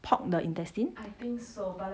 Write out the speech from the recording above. pork 的 intestine